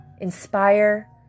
Inspire